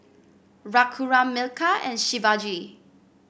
Raghuram Milkha and Shivaji